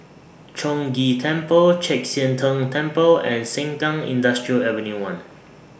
Chong Ghee Temple Chek Sian Tng Temple and Sengkang Industrial Avenue one